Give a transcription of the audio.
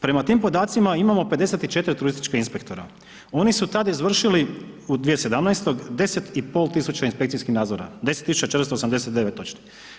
Prema tim podacima imamo 54 turistička inspektora, oni su tad izvršili, u 2017., 10.500 inspekcijskih nadzora, 10.489 točno.